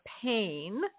pain